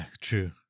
true